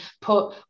put